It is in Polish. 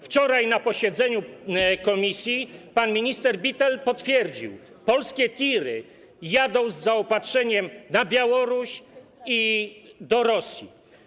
Wczoraj na posiedzeniu komisji pan minister Bittel potwierdził, że polskie tiry jeżdżą z zaopatrzeniem na Białoruś i do Rosji.